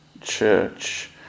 church